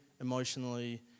emotionally